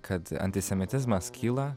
kad antisemitizmas kyla